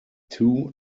two